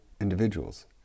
individuals